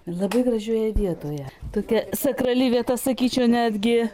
labai gražioje vietoje tokia sakrali vieta sakyčiau netgi